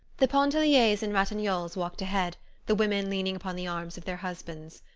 the pontelliers and ratignolles walked ahead the women leaning upon the arms of their husbands.